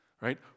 right